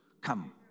Come